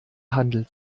handel